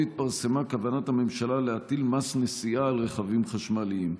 התפרסמה כוונת הממשלה להטיל מס נסיעה על רכבים חשמליים.